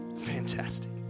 Fantastic